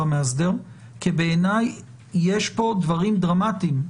המאסדר כי בעיני יש כאן דברים דרמטיים.